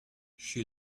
she